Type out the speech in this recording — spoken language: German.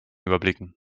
überblicken